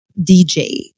DJ